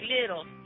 little